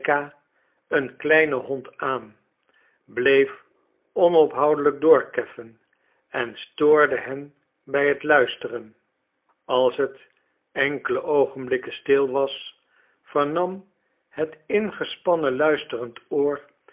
een kleine hond aan bleef onophoudelijk doorkeffen en stoorde hen bij het luisteren als het enkele oogenblikken stil was vernam het ingespannen luisterend oor